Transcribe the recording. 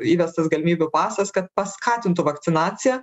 įvestas galimybių pasas kad paskatintų vakcinaciją